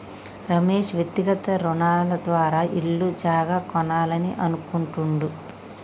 రమేష్ వ్యక్తిగత రుణాల ద్వారా ఇల్లు జాగా కొనాలని అనుకుంటుండు